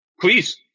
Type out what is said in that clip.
Please